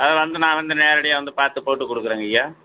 அது வந்து நான் வந்து நேரடியாக வந்து பார்த்துப் போட்டுக் கொடுக்கறங்கய்யா